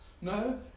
No